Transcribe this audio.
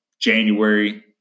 January